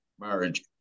marriage